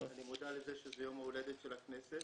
אני מודע שזה יום ההולדת של הכנסת.